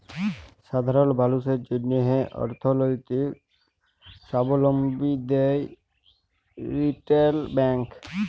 সাধারল মালুসের জ্যনহে অথ্থলৈতিক সাবলম্বী দেয় রিটেল ব্যাংক